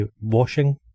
washing